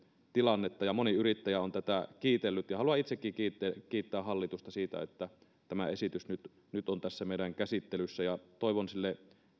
tilannetta ja moni yrittäjä on tätä kiitellyt haluan itsekin kiittää kiittää hallitusta siitä että tämä esitys nyt nyt on tässä meidän käsittelyssämme ja toivon sille